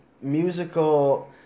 musical